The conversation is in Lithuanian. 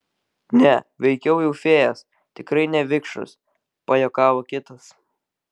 ne veikiau jau fėjas tikrai ne vikšrus pajuokavo kitas